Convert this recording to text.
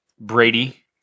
Brady